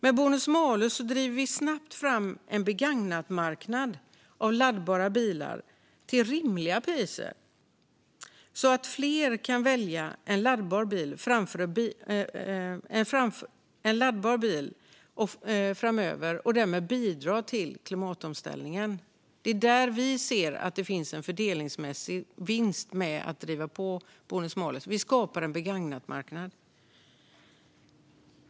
Med bonus malus driver vi snabbt fram en begagnatmarknad med laddbara bilar till rimliga priser så att fler kan välja en laddbar bil framöver och därmed bidra till klimatomställningen. Det är där vi ser att det finns en fördelningsmässig vinst med att driva på bonus malus. Vi skapar en begagnatmarknad.